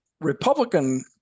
Republican